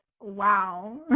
wow